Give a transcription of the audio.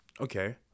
okay